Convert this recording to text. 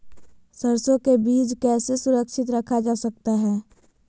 सरसो के बीज कैसे सुरक्षित रखा जा सकता है?